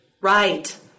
Right